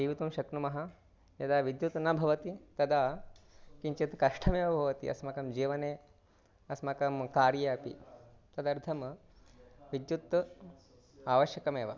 जीवितुं शक्नुमः यदा विद्युत् न भवति तदा किञ्चित् कष्ठमेव भवति अस्माकं जीवने अस्माकं कार्ये अपि तदर्थं विद्युत् आवश्यकमेव